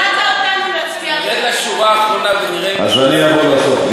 אז אני אעבור לסוף,